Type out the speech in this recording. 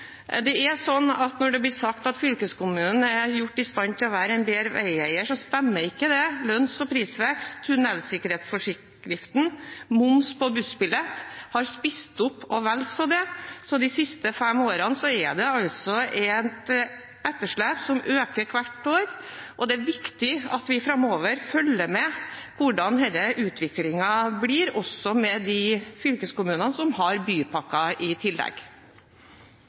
Når det blir sagt at fylkeskommunen er gjort i stand til å være en bedre veieier, stemmer ikke det. Lønns- og prisvekst, tunnelsikkerhetsforskriften og moms på bussbilletter har spist opp, og vel så det. De siste fem årene har etterslepet økt hvert år, og det er viktig at vi framover følger med på hvordan utviklingen blir, også for de fylkeskommunene som har bypakker i tillegg.